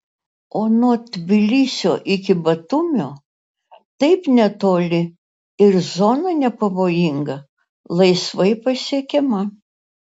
o nuo tbilisio iki batumio taip netoli ir zona nepavojinga laisvai pasiekiama